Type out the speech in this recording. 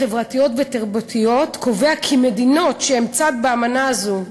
חברתיות ותרבותיות קובע כי מדינות שהן צד באמנה הזאת,